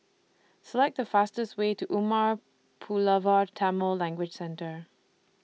Select The fastest Way to Umar Pulavar Tamil Language Centre